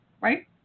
Right